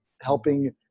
helping